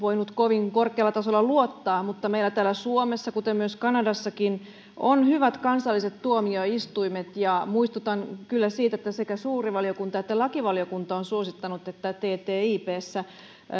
voinut kovin korkealla tasolla luottaa mutta meillä täällä suomessa kuten myös kanadassakin on hyvät kansalliset tuomioistuimet muistutan siitä että sekä suuri valiokunta että lakivaliokunta ovat suosittaneet että ttipssä